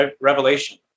Revelation